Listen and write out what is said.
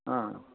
ആ